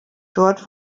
dort